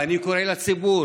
ואני קורא לציבור,